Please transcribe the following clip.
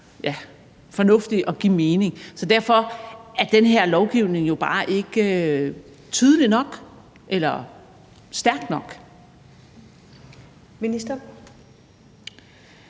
være fornuftig og give mening. Så derfor er den her lovgivning jo bare ikke tydelig nok eller stærk nok. Kl.